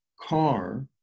car